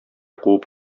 куып